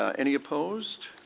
any opposed?